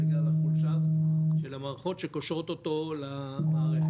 בגלל החולשה של המערכות שקושרות אותו למערכת.